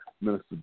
Minister